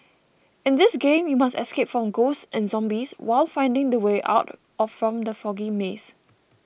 in this game you must escape from ghosts and zombies while finding the way out of from the foggy maze